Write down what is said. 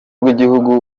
rw’igihugu